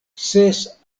ses